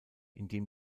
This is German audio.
indem